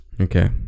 okay